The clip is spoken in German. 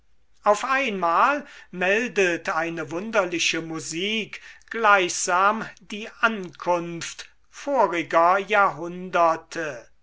auf einmal meldet eine wunderliche musik gleichsam die ankunft voriger jahrhunderte